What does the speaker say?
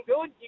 good